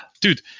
Dude